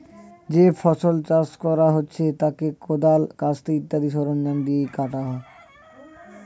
যে ফসল চাষ করা হচ্ছে তা কোদাল, কাস্তে ইত্যাদি সরঞ্জাম দিয়ে কাটা হয়